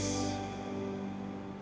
um